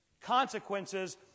consequences